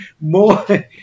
more